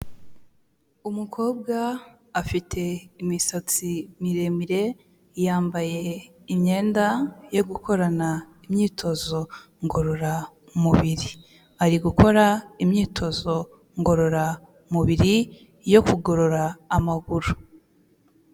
Umukobwa afite imisatsi miremire yambaye imyenda yo gukorana imyitozo ngororamubiri ari gukora imyitozo ngororamubiri yo kugorora amaguru.